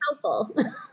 helpful